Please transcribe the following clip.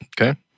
Okay